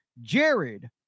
Jared